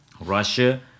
Russia